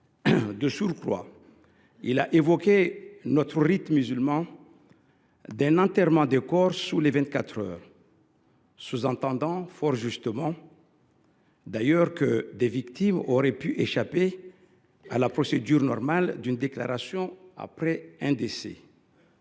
De surcroît, il a évoqué notre rite musulman d’un enterrement des corps sous vingt quatre heures, sous entendant, fort justement d’ailleurs, que des victimes auraient pu échapper à la procédure normale d’une déclaration après un décès.